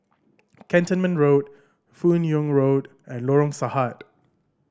Cantonment Road Fan Yoong Road and Lorong Sahad